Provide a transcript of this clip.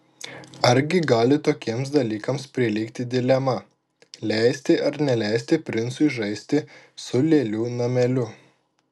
argi gali tokiems dalykams prilygti dilema leisti ar neleisti princui žaisti su lėlių nameliu